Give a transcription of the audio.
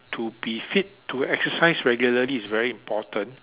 to be fit to exercise regularly is very important